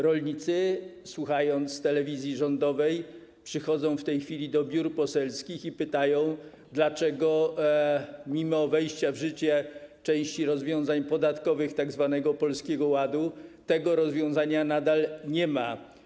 Rolnicy, słuchając telewizji rządowej, przychodzą w tej chwili do biur poselskich i pytają, dlaczego mimo wejścia w życie części rozwiązań podatkowych tzw. Polskiego Ładu tego rozwiązania nadal nie ma.